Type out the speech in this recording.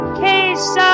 case